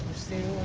sing?